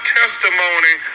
testimony